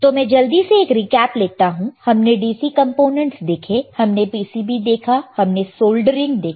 तो मैं जल्दी से एक रीकैप लेता हूं हमने DC कंपोनेंट्स देखें हमने PCB देखा हमने सोल्डरिंग देखा